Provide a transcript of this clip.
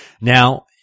Now